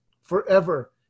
forever